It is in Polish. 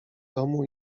domu